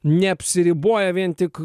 neapsiriboja vien tik